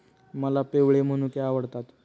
मला पिवळे मनुके आवडतात